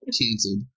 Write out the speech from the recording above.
Cancelled